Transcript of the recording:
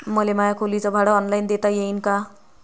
मले माया खोलीच भाड ऑनलाईन देता येईन का?